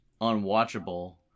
unwatchable